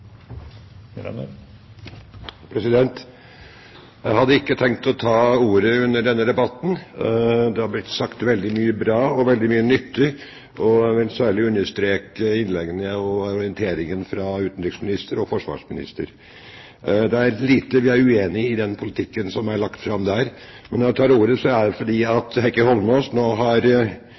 Jeg hadde ikke tenkt å ta ordet under denne debatten. Det har blitt sagt veldig mye bra og veldig mye nyttig, og jeg vil særlig understreke innleggene og orienteringen fra utenriksministeren og forsvarsministeren. Det er lite vi er uenige i i den politikken som er lagt fram der. Når jeg nå tar ordet, er det fordi Heikki Holmås